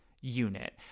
unit